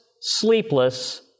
sleepless